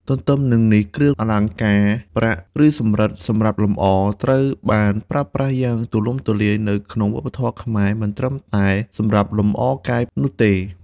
ទទ្ទឹមនឹងនេះ គ្រឿងអលង្ការមាស ប្រាក់ ឬសំរឹទ្ធសម្រាប់លម្អ ត្រូវបានប្រើប្រាស់យ៉ាងទូលំទូលាយនៅក្នុងវប្បធម៌ខ្មែរ មិនត្រឹមតែសម្រាប់លម្អកាយនោះទេ។